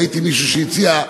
ראיתי שמישהו הציע,